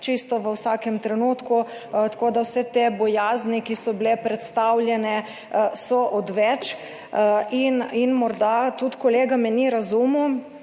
čisto v vsakem trenutku, tako da so vse te bojazni, ki so bile predstavljene, odveč. Morda me kolega tudi ni razumel,